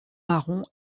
marron